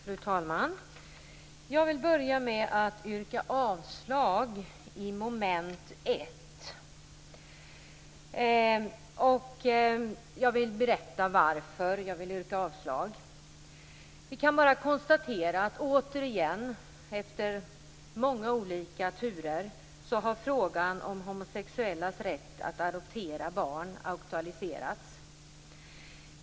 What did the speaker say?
Fru talman! Jag vill börja med att yrka avslag under mom. 1 i utskottets hemställan. Jag vill berätta varför. Vi kan bara konstatera att frågan om homosexuellas rätt att adoptera barn återigen har aktualiserats.